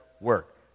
work